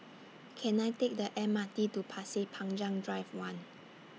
Can I Take The M R T to Pasir Panjang Drive one